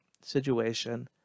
situation